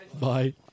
Bye